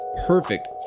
Perfect